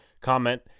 Comment